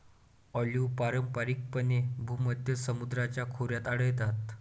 olive पारंपारिकपणे भूमध्य समुद्राच्या खोऱ्यात आढळतात